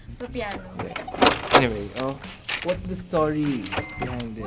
but piano. anyway, what's the story behind